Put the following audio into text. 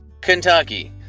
Kentucky